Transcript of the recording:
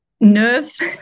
nerves